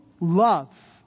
love